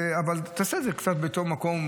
אבל תעשה את זה קצת במקום,